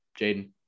Jaden